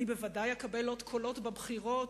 אני בוודאי אקבל עוד קולות בבחירות,